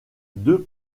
deux